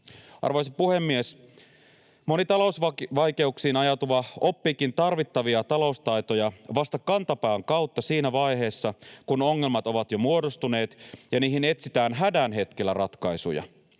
Arvoisa puhemies! Moni talousvaikeuksiin ajautuva oppiikin tarvittavia taloustaitoja vasta kantapään kautta siinä vaiheessa, kun ongelmat ovat jo muodostuneet ja niihin etsitään hädän hetkellä ratkaisuja.